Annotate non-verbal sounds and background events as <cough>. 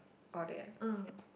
all that <breath>